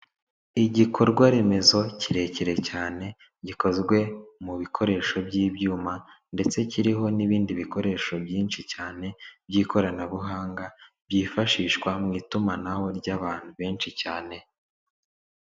Igikorwa remezo kirekire cyane gikozwe mu bikoresho by'ibyuma ndetse kiriho n'ibindi bikoresho byinshi cyane by'ikoranabuhanga byifashishwa mu itumanaho ry'abantu benshi cyane.